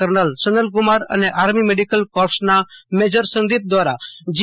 kernel Sanalkumar અને army medical કોર્પ્સના major Sandeep દ્વારા જી